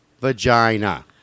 vagina